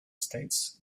states